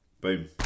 Boom